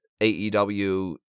AEW